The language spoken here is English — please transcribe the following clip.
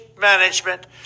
management